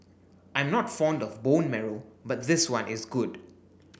I'm not fond of bone marrow but this one is good